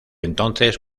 entonces